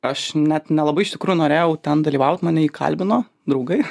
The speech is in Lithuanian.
aš net nelabai iš tikrųjų norėjau ten dalyvaut mane įkalbino draugai